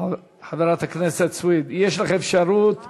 חברת הכנסת סויד, יש לך אפשרות לדבר,